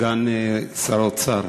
סגן שר האוצר,